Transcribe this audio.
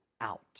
out